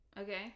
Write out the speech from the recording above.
Okay